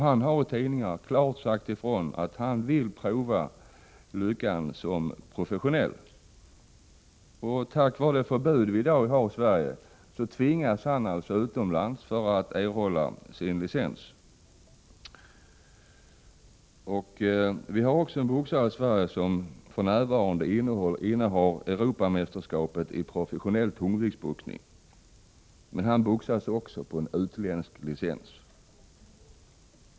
Han har i tidningar klart sagt ifrån att han vill prova lyckan som professionell. På grund av det förbud vi i dag har i Sverige tvingas han söka sig utomlands för att erhålla sin licens. Vi har i Sverige också en boxare som för närvarande innehar Europamästerskapet i professionell tungviktsboxning. Men även han boxas på en utländsk licens.